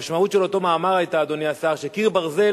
והמשמעות של אותו מאמר היתה, אדוני השר, שקיר ברזל